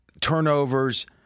turnovers